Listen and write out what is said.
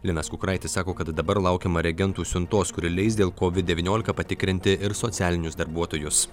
linas kukuraitis sako kad dabar laukiama reagentų siuntos kuri leis dėl kovid devyniolika patikrinti ir socialinius darbuotojus